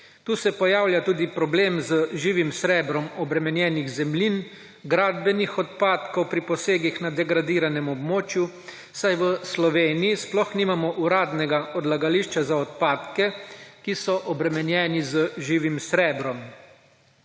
Tu se pojavlja tudi problem z živim srebrom obremenjenih zemljin, gradbenih odpadkov pri posegih na degradiranem območju, saj v Sloveniji sploh nimamo uradnega odlagališča za odpadke, ki so obremenjeni z živim srebrom.